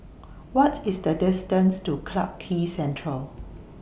What IS The distance to Clarke Quay Central